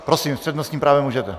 Prosím, s přednostním právem můžete.